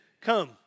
come